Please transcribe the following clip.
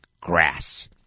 grass